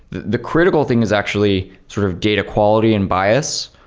the critical thing is actually sort of data quality and bias,